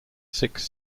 six